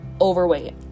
overweight